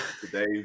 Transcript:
today